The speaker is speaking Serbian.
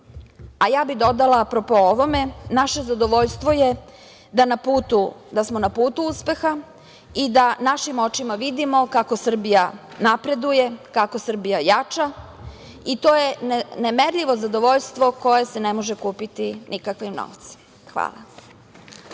bih dodala apropo ovome – naše zadovoljstvo je da smo na putu uspeha i da našim očima vidimo kako Srbija napreduje, kako Srbija jača i to je nemerljivo zadovoljstvo koje se ne može kupiti nikakvim novcem. Hvala.